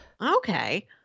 Okay